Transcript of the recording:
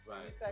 Right